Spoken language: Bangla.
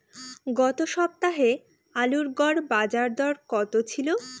গত সপ্তাহে আলুর গড় বাজারদর কত ছিল?